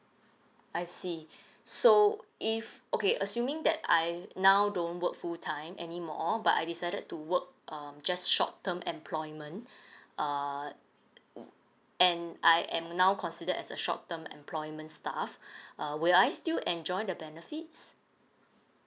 I see so if okay assuming that I now don't work full time anymore but I decided to work um just short term employment uh and I am now considered as a short term employment staff uh will I still enjoy the benefits